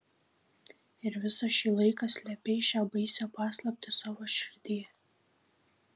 ir visą šį laiką slėpei šią baisią paslaptį savo širdyje